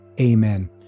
Amen